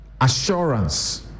assurance